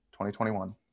2021